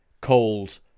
cold